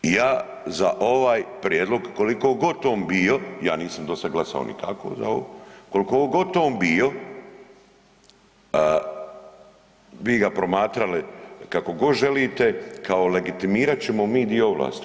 Ja za ovaj prijedlog, koliko god on bio, ja nisam do sad glasao nikako za ovo, koliko god on bio, bi ga promatrali kako god želite, kao legitimirat ćemo mi dio ovlasti.